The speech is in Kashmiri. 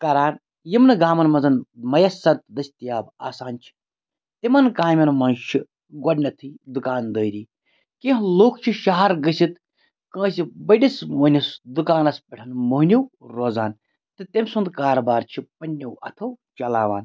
کَران یِم نہٕ گامَن منٛز میسر دٔستِیاب آسان چھِ تِمَن کامیٚن منٛز چھِ گۄڈنیٚتھٕے دُکاندٲری کینٛہہ لُکھ چھِ شَہَر گٔژھِتھ کٲنٛسہِ بٔڈِس وٕنِس دُکانَس پیٚٹھ موہنیوٗ روزان تہٕ تٔمۍ سُنٛد کاربار چھِ پنٛنیو اَتھو چَلاوان